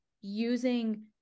using